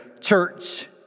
church